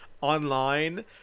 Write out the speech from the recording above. online